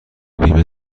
بیمه